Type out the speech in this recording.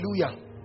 Hallelujah